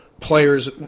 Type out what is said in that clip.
players